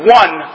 one